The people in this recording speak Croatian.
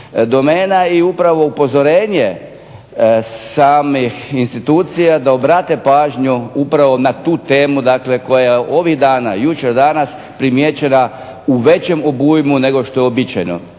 domena i upravo upozorenje samih institucija da obrate pažnju upravo na tu temu, upravo ovih dana, jučer danas, primijećena u većem obujmu nego što je uobičajeno.